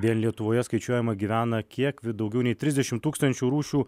vien lietuvoje skaičiuojama gyvena kiek daugiau nei trisdešim tūkstančių rūšių